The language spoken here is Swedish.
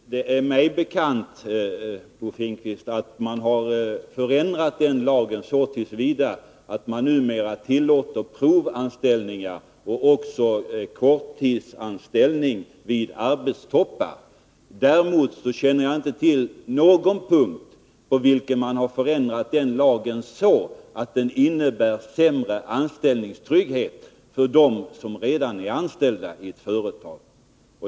Fru talman! Det är mig bekant, Bo Finnkvist, att man har förändrat den lagen så till vida att man numera tillåter provanställning och också korttidsanställning vid arbetstoppar. Däremot känner jag inte till någon punkt på vilken man har förändrat den lagen så att den innebär sämre anställningstrygghet för dem som redan är anställda i ett företag.